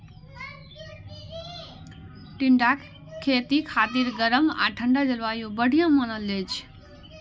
टिंडाक खेती खातिर गरम आ ठंढा जलवायु बढ़िया मानल जाइ छै